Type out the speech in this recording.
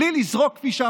בלי לזרוק כספים מהמסוק,